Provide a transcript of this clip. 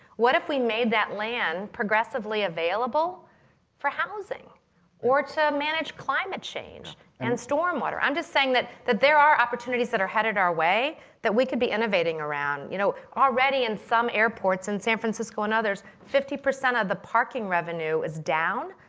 what if we made that land progressively available for housing or to manage climate change and storm water? i'm just saying that that there are opportunities that are headed our way that we could be innovating around. you know, already in some airports in san francisco and others, fifty percent of the parking revenue is down,